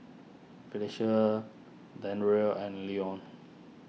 Phylicia Dandre and Leon